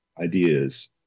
ideas